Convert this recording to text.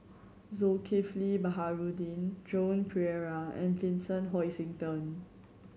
Zulkifli Baharudin Joan Pereira and Vincent Hoisington